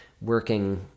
working